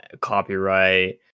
copyright